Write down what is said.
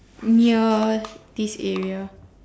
near this area